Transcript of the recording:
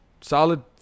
Solid